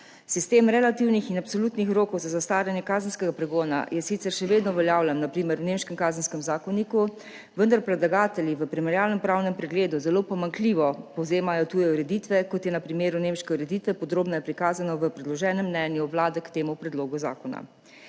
Sistem relativnih in absolutnih rokov za zastaranje kazenskega pregona je sicer še vedno uveljavljen, na primer v nemškem kazenskem zakoniku, vendar predlagatelji v primerjalnem pravnem pregledu zelo pomanjkljivo povzemajo tuje ureditve, kot je na primeru nemške ureditve podrobneje prikazano v predloženem mnenju Vlade k temu predlogu zakona.